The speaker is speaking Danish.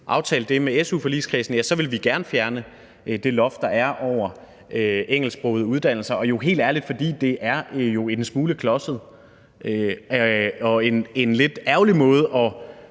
aftale det med su-forligskredsen, så vil vi gerne fjerne det loft, der er, over engelsksprogede uddannelser – og jo helt ærligt, fordi det er en smule klodset og en lidt ærgerlig måde